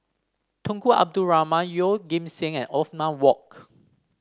Tunku Abdul Rahman Yeoh Ghim Seng and Othman Wok